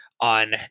on